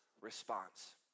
response